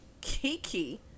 Kiki